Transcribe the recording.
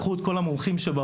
לקחו את כל המומחים בעולם,